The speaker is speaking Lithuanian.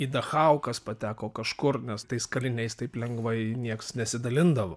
į dachau kas pateko kažkur nes tais kaliniais taip lengvai nieks nesidalindavo